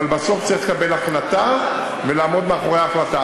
אבל בסוף צריך לקבל החלטה ולעמוד מאחורי ההחלטה.